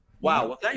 Wow